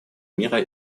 мира